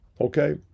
Okay